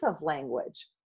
language